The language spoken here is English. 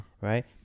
right